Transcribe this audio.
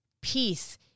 peace